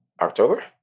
October